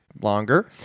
longer